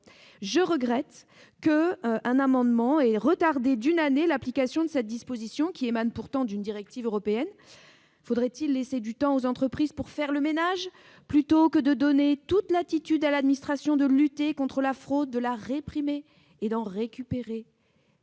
je regrette qu'un amendement ait retardé d'une année l'application de cette disposition, qui émane pourtant d'une directive européenne. Faudrait-il laisser du temps aux entreprises pour faire le ménage, plutôt que de donner toute latitude à l'administration pour qu'elle lutte contre la fraude, qu'elle la réprime et récupère